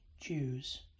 Jews